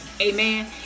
amen